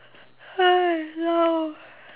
no